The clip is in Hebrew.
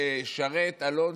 שרת אלון,